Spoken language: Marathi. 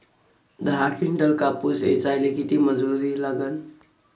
दहा किंटल कापूस ऐचायले किती मजूरी लागन?